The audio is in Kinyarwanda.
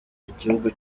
igihugu